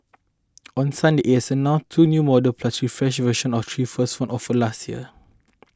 on Sunday it's announced two new models plus refreshed version of three first offered last year